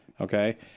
Okay